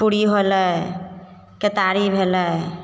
पूड़ी होलय केतारी भेलय